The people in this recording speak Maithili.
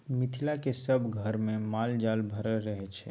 मिथिलाक सभ घरमे माल जाल भरल रहय छै